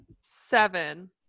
seven